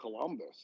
Columbus